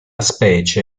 specie